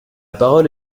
parole